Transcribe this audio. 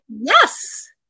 Yes